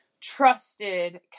trusted